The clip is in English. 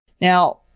Now